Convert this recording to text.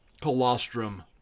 Colostrum